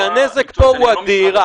כי הנזק פה הוא אדיר,